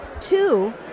two